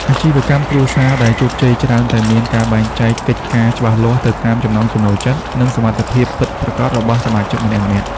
អាជីវកម្មគ្រួសារដែលជោគជ័យច្រើនតែមានការបែងចែកកិច្ចការច្បាស់លាស់ទៅតាមចំណង់ចំណូលចិត្ត និងសមត្ថភាពពិតប្រាកដរបស់សមាជិកម្នាក់ៗ។